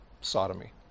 sodomy